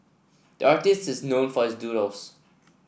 the artist is known for his doodles